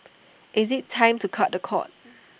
is IT time to cut the cord